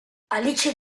alice